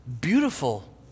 beautiful